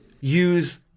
use